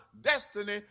destiny